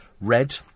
red